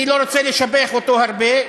אני לא רוצה לשבח אותו הרבה,